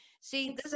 See